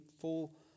full